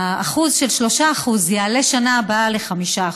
השיעור, 3%, ויעלה בשנה הבאה ל-5%.